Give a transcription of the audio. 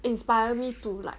inspire me to like